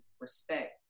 respect